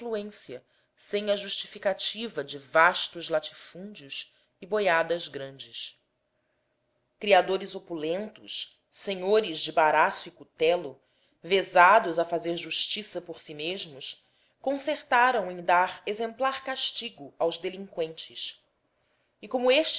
influência sem a justificativa de vastos latifúndios e boiadas grandes criadores opulentos senhores de baraço e cutelo vezados a fazer justiça por si mesmos concertaram em dar exemplar castigo aos delinqüentes e como estes